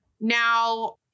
Now